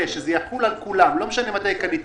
שיחול על כולם, לא משנה מתי קניתי.